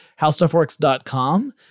HowStuffWorks.com